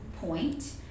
point